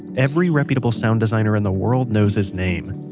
every reputable sound designer in the world knows his name,